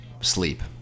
sleep